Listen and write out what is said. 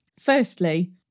Firstly